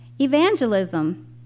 Evangelism